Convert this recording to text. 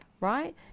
right